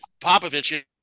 Popovich